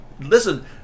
listen